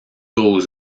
gros